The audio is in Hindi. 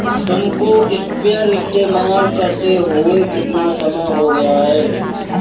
तुमको स्प्रेयर इस्तेमाल करते हुआ कितना समय हो गया है?